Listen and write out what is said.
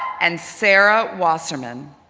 and sara wasserman,